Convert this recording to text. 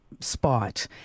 spot